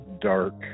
dark